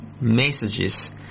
messages